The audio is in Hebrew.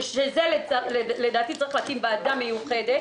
שלזה לדעתי צריך להקים ועדה מיוחדת,